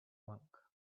monk